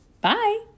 Bye